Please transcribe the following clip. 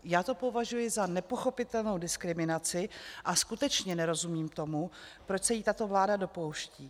Já to považuji za nepochopitelnou diskriminaci a skutečně nerozumím tomu, proč se jí tato vláda dopouští.